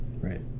Right